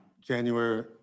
January